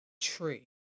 tree